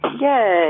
Yay